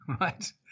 right